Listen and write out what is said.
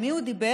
עם מי הוא דיבר,